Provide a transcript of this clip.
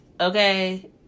okay